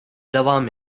devam